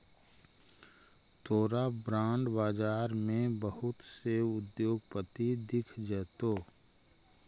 तोरा बॉन्ड बाजार में बहुत से उद्योगपति दिख जतो